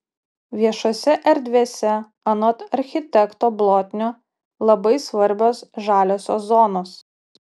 viešose erdvėse anot architekto blotnio labai svarbios žaliosios zonos